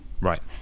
right